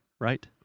Right